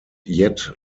yet